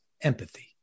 Empathy